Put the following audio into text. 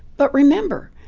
but remember.